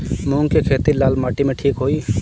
मूंग के खेती लाल माटी मे ठिक होई?